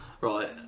Right